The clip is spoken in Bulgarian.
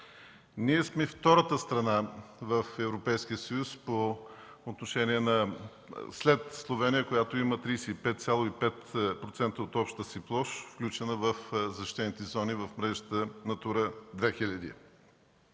Ние сме втората страна в Европейския съюз след Словения, която има 35,5% от общата си площ, включена в защитените зони в мрежата „Натура 2000”.